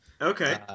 okay